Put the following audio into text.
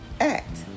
act